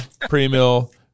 pre-mill